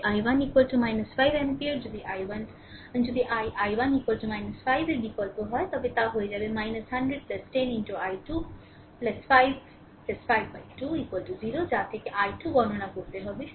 তবে i1 5 ampere যদি i i1 5 এর বিকল্প হয় তবে তা হয়ে যাবে 100 10 i2 5 52 0 যা থেকে i2 গণনা করতে হবে